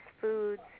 foods